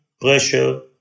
pressure